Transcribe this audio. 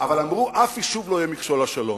אבל אמרו: אף יישוב לא יהיה מכשול לשלום,